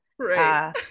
Right